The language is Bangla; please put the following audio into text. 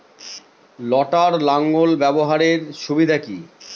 লটার লাঙ্গল ব্যবহারের সুবিধা কি?